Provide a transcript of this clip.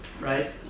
Right